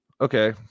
Okay